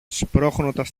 σπρώχνοντας